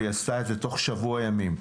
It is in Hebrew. והיא עשתה את זה תוך שבוע ימים.